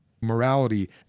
morality